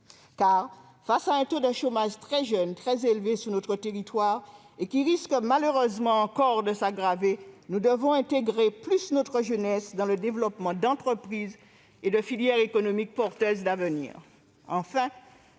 Face à un taux de chômage des jeunes très élevé sur notre territoire, et qui risque malheureusement de s'aggraver encore, nous devons intégrer davantage notre jeunesse dans le développement d'entreprises et de filières économiques porteuses d'avenir.